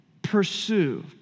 pursue